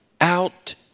out